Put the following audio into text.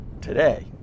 today